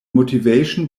motivation